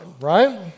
right